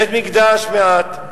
בית-מקדש מעט.